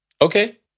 Okay